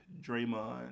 Draymond